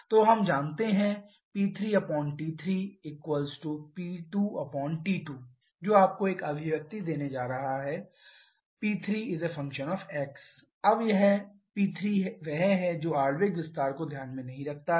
तो हम जानते हैं कि P3T3P2T2 जो आपको एक अभिव्यक्ति देने जा रहा है P3 f अब यह P3 वह है जो आणविक विस्तार को ध्यान में नहीं रखता है